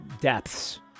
depths